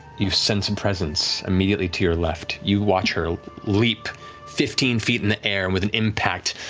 you sense a presence, immediately to your left. you watch her leap fifteen feet in the air, and with an impact,